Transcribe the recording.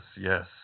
yes